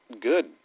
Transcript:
good